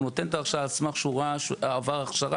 הוא נותן את ההרשאה על סמך שהוא עבר הכשרה